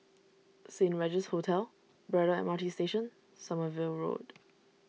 Saint Regis Hotel Braddell M R T Station Sommerville Road